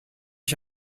ich